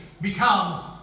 become